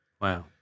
Wow